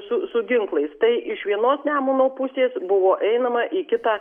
su su ginklais tai iš vienos nemuno pusės buvo einama į kitą